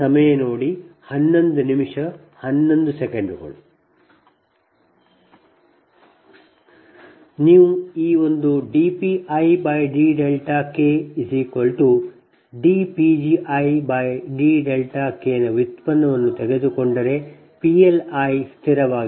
ನೀವು ಈ ಒಂದು dP i dδ K dP gi dδ K ನ ವ್ಯುತ್ಪನ್ನವನ್ನು ತೆಗೆದುಕೊಂಡರೆ P L i ಸ್ಥಿರವಾಗಿರುತ್ತದೆ